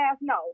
No